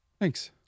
thanks